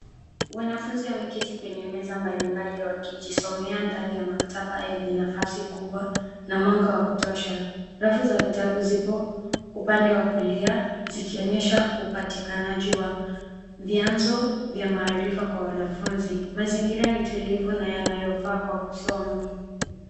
Wanafunzi wameketi kwenye meza mbalimbali wakijisomea ndani ya maktaba yenye nafasi kubwa na mwanga wa kutosha. Rafu za vitabu zipo upande wa kulia zikionyesha upatikanaji wa vianzo vya maarifa kwa wanafunzi. Mazingira ni tulivu na yanayofaa kwa kusoma.